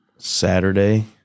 Saturday